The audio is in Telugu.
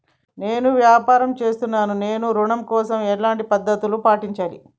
నేను వ్యాపారం చేస్తున్నాను నేను ఋణం కోసం ఎలాంటి పద్దతులు పాటించాలి?